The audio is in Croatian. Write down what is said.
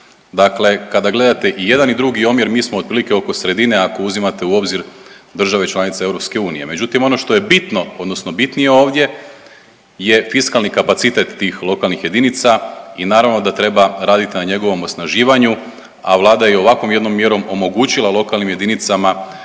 dakle kada gledate i jedan i drugi omjer mi smo otprilike oko sredine ako uzimate u obzir države članice EU. Međutim ono što je bitno odnosno bitnije ovdje je fiskalni kapacitet tih lokalnih jedinica i naravno da treba radit na njegovom osnaživanju, a Vlada je ovakvom jednom mjerom omogućila lokalnim jedinicama